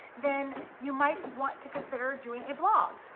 then you might want to consider doing a blog,